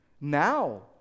Now